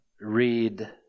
read